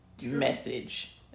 message